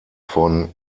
von